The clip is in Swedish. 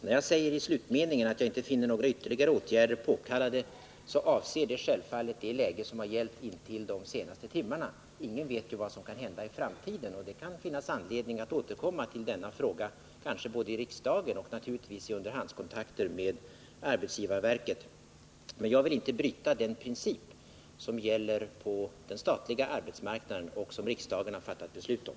När jag i slutmeningen säger att jag inte finner några ytterligare åtgärder påkallade, avser det självfallet det läge som har gällt intill de senaste timmarna. Ingen vet ju vad som kan hända i framtiden. Det kan finnas anledning att återkomma till denna fråga, kanske både i riksdagen och naturligtvis i underhandskontakter med arbetsgivarverket. Men jag vill inte bryta den princip som gäller på den statliga arbetsmarknaden och som riksdagen har fattat beslut om.